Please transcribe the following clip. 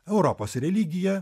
europos religija